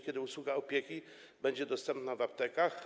Kiedy usługa opieki będzie dostępna w aptekach?